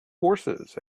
horses